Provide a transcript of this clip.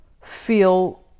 feel